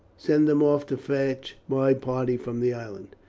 send them off to fetch my party from the island.